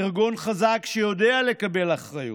ארגון חזק שיודע לקבל אחריות,